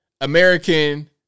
American